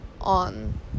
on